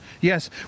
Yes